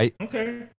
Okay